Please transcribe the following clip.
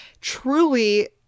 Truly